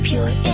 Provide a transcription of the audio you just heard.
Pure